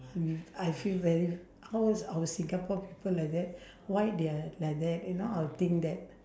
mm I feel very how is our singapore people like that why they're like that you know I'll think that